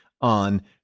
on